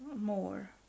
more